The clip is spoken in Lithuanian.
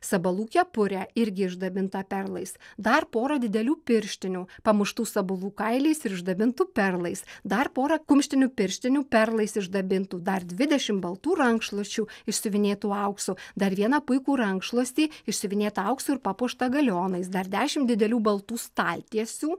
sabalų kepurė irgi išdabintą perlais dar pora didelių pirštinių pamuštų sabalų kailiais ir išdabintų perlais dar porą kumštinių pirštinių perlais išdabintų dar dvidešimt baltų rankšluosčių išsiuvinėtų auksu dar vieną puikų rankšluostį išsiuvinėtą auksu ir papuoštą galionais dar dešimt didelių baltų staltiesių